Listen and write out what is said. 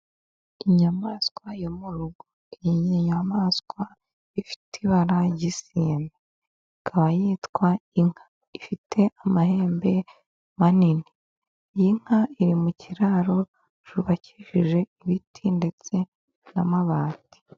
Inyamaswa yo mu rugo. Iyi ni inyamaswa ifite ibara ry'isine. Ikaba yitwa inka ifite amahembe manini. Iyi inka iri mu kiraro cyubakishije ibiti ndetse n'amabati.